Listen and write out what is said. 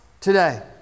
today